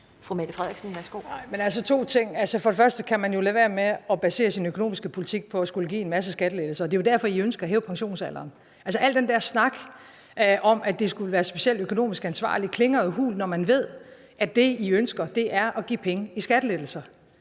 Mette Frederiksen (S): Altså, to ting: For det første kan man lade være med at basere sin økonomiske politik på at skulle give en masse skattelettelser. Det er jo derfor, I ønsker at hæve pensionsalderen. Al den der snak om, at det skulle være specielt økonomisk ansvarligt, klinger jo hult, når man ved, at det, I ønsker, er at give penge til skattelettelser,